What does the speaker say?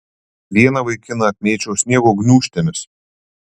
vieną vaikiną apmėčiau sniego gniūžtėmis